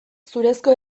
zurezko